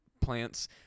plants